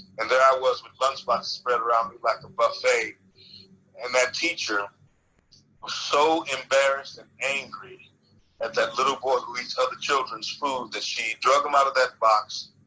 and there i was with lunch, spread around me like a buffet and that teacher so embarrassed and angry at that little boy who eats other children's food that she drugged him out of that box.